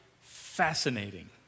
fascinating